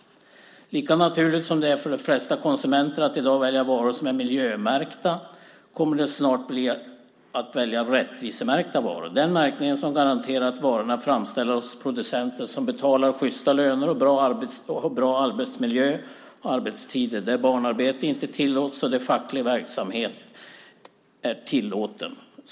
Lika naturligt som det är för de flesta konsumenter att i dag välja varor som är miljömärkta kommer det snart att bli att välja rättvisemärkta varor - den märkning som garanterar att varorna är framställda hos producenter som betalar sjysta löner, har bra arbetsmiljö och arbetstider, där barnarbete inte tillåts och där facklig verksamhet är tillåten.